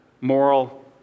moral